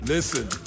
Listen